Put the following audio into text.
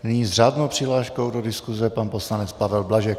Nyní s řádnou přihláškou do diskuse pan poslanec Pavel Blažek.